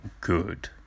good